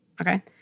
okay